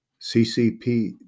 CCP